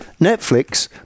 Netflix